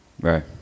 Right